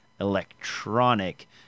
electronic